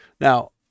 Now